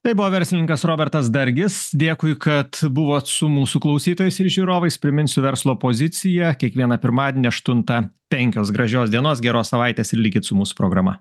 tai buvo verslininkas robertas dargis dėkui kad buvot su mūsų klausytojais ir žiūrovais priminsiu verslo pozicija kiekvieną pirmadienį aštuntą penkios gražios dienos geros savaitės ir likit su mūsų programa